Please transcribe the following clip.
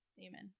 Amen